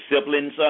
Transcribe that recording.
siblings